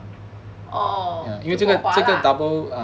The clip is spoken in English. orh then bo hua lah